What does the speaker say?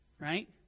right